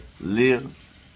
live